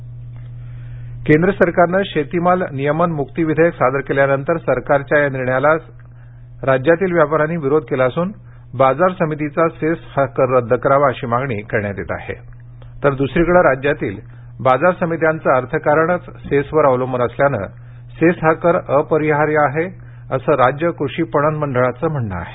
बाजार समिती केंद्र सरकारनं शेतीमाल नियमन मुक्ती विधेयक सादर केल्यानंतर सरकारच्या या निर्णयाला सरकारच्या या निर्णयाला राज्यातील व्यापाऱ्यांनी विरोध केला असून बाजार समितीचा सेस हा कर रद्द करावा अशी मागणी करण्यात येत आहे तर दुसरीकडे राज्यातील बाजार समित्यांचे अर्थकारणच सेस वर अवलंबून असल्यानं सेस हा कर अपरिहार्य आहे असं राज्य कृषि पणन मंडळाचे म्हणणे आहे